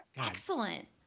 excellent